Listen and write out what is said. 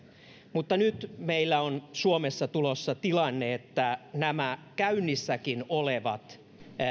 nyt meillä on suomessa tulossa tilanne että nämä käynnissäkin olevat